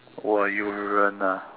!wah! you ran ah